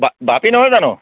বাপী নহয় জানো